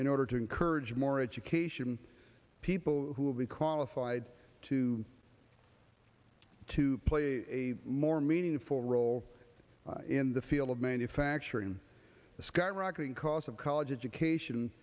in order to encourage more education people who will be qualified to to play a more meaningful role in the field of manufacturing the skyrocketing costs of college education